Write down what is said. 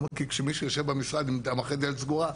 כי כשמישהו יושב במשרד אחרי דלת סגורה,